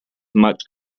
much